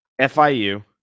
FIU